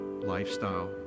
lifestyle